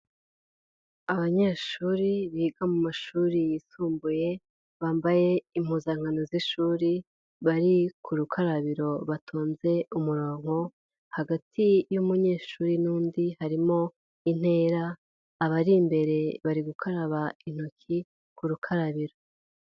Abanyeshuri biga mu mashuri yisumbuye, bambaye impuzankano z'ishuri, bari ku rukarabiro, batonze umurongo, hagati y'umunyeshuri n'undi, harimo intera abari imbere bari gukaraba intoki ku rukarabiro.